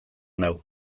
nau